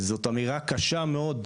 וזאת אמירה קשה מאד,